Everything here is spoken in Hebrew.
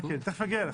תיכף אני אגיע אליך.